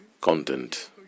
content